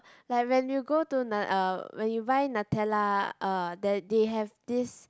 like when you go to nu~ uh when you buy Nutella uh that they have this